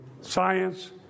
science